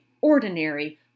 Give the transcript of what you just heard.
ordinary